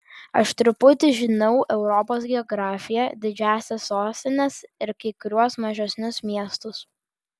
aš truputį žinau europos geografiją didžiąsias sostines ir kai kuriuos mažesnius miestus